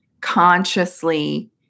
consciously